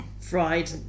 fried